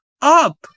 up